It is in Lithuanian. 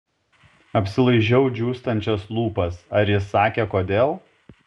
apsilaižau džiūstančias lūpas ar jis sakė kodėl